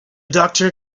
doctor